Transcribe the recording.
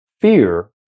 fear